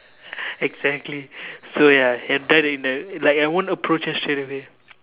exactly so ya have done in a like I won't approach her straight away